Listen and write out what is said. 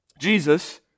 Jesus